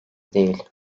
değil